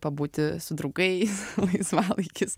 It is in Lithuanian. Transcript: pabūti su draugais laisvalaikis